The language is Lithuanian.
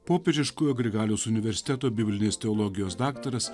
popiežiškojo grigaliaus universiteto biblinės teologijos daktaras